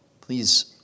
Please